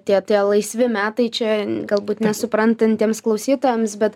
tie tie laisvi metai čia galbūt nesuprantantiems klausytojams bet